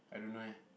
I don't know eh